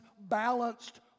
balanced